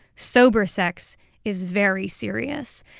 sober sex is very serious.